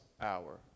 hour